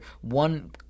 one